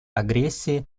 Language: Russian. агрессии